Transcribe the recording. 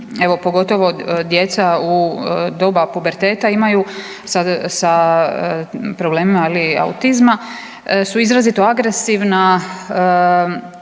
evo pogotovo djeca u doba puberteta imaju sa problemima autizma su izrazito agresivno,